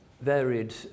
varied